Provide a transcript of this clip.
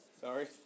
Sorry